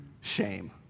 shame